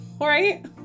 right